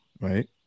right